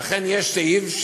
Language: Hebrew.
ואכן יש סעיף,